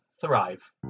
thrive